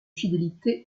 fidélité